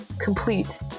complete